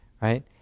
Right